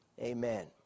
Amen